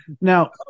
Now